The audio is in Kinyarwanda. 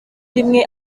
rimwe